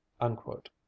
Unquote